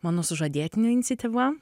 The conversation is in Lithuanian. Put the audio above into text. mano sužadėtinio iniciatyva